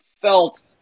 felt